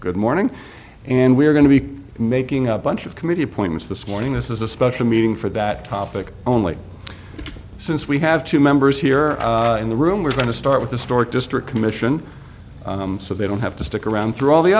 good morning and we're going to be making a bunch of committee appointments this morning this is a special meeting for that topic only since we have two members here in the room we're going to start with the stork district commission so they don't have to stick around through all the